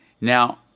Now